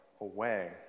away